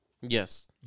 Yes